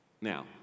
Now